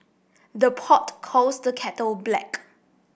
the pot calls the kettle black